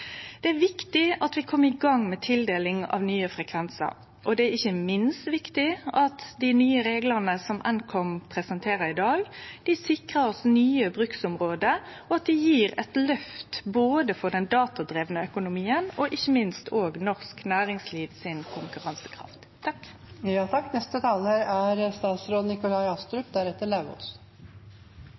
Det er viktig at vi kjem i gang med tildeling av nye frekvensar, og det er ikkje minst viktig at dei nye reglane som Nkom presenterer i dag, sikrar oss nye bruksområde og gjev eit løft både for den datadrivne økonomien og ikkje minst òg for konkurransekrafta til norsk næringsliv.